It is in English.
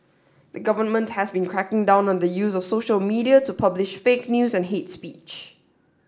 the government has been cracking down on the use of social media to publish fake news and hate speech